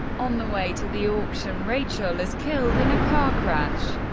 on the way to the auction, rachel is killed in a car crash,